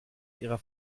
ihrer